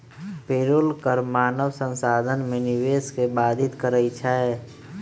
payroll कर मानव संसाधन में निवेश के बाधित करइ छै